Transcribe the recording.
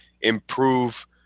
improve